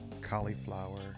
cauliflower